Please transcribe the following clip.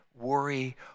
worry